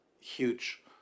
huge